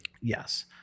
Yes